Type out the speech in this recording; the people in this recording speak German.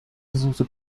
versuchte